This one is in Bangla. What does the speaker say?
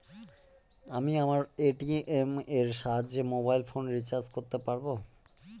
আমি আমার এ.টি.এম এর সাহায্যে মোবাইল ফোন রিচার্জ করতে পারব?